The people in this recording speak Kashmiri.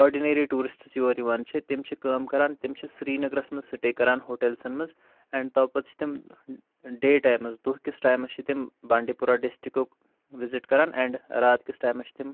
آڈِنٔری ٹورِسٹٕز یور یِوان چھِ تِم چھِ کٲم کَران تِم چھِ سِرینَگرَس مَنٛز سِٹے کَران ہوٹیلزن مَنٛز اینڈ تو پَتہٕ چھِ تِم ڈے ٹایمَس دُہکِس ٹایمَس چھِ تِم بانڈی پورہ دِسٹرکُک وِزِٹ کَران اینڈ راتکِس ٹایمَس چھِ تِم